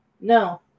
No